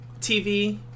TV